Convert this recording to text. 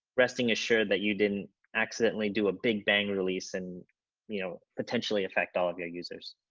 resting assured that you didn't accidentally do a big-bang release, and you know potentially affect all of your users.